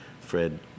Fred